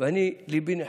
וליבי נחמץ,